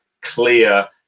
clear